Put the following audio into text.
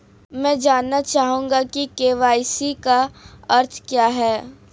मैं जानना चाहूंगा कि के.वाई.सी का अर्थ क्या है?